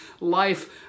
life